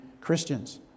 Christians